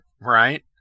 Right